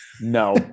No